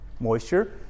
moisture